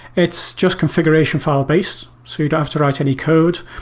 it's just configuration file-based. so you don't have to write any code,